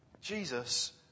Jesus